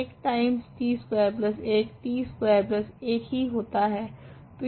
1 times t square 1 t square 1ही होता है